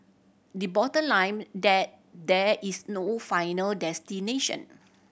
the bottom that there is no final destination